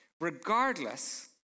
regardless